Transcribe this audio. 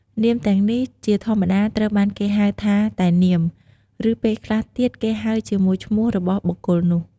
នាមទាំងនេះជាធម្មតាត្រូវបានគេហៅថាតែនាម ឬពេលខ្លះទៀតគេហៅជាមួយឈ្មោះរបស់បុគ្គលនោះ។